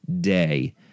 day